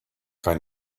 kind